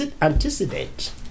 antecedent